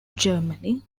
germany